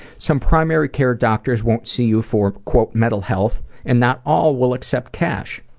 some primary care doctors won't see you for quote, mental health, and not all will accept cash.